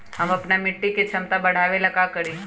हम अपना मिट्टी के झमता बढ़ाबे ला का करी?